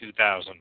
2000